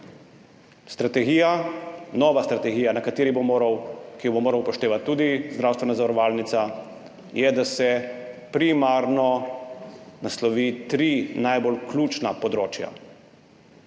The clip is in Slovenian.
Strategija, nova strategija, ki jo bo morala upoštevati tudi zdravstvena zavarovalnica, je, da se primarno naslovi tri najbolj ključna področja,